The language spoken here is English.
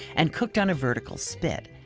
and cooked on a vertical spit.